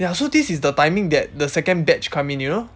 ya so this is the timing that the second batch come in you know